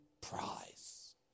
prize